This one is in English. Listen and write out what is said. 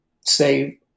say